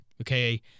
Okay